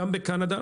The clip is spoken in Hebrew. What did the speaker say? בקנדה.